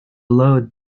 load